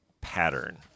pattern